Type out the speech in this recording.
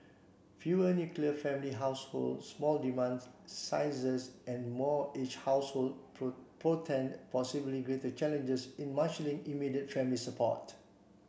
fewer nuclear family households small sizes and more aged households portend possibly greater challenges in marshalling immediate family support